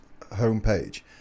homepage